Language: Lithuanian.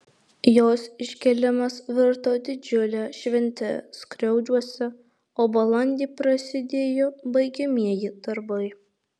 jos iškėlimas virto didžiule švente skriaudžiuose o balandį prasidėjo baigiamieji darbai